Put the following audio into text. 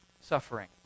suffering